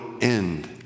end